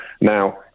Now